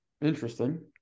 interesting